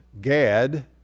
Gad